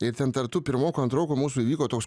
ir ten tarp tų pirmokų antrokų mūsų įvyko toks